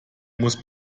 muss